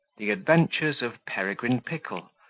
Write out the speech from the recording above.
the adventures of peregrine pickle,